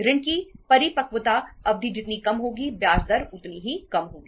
ऋण की परिपक्वता अवधि जितनी कम होगी ब्याज दर उतनी ही कम होगी